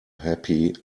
happy